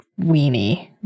weenie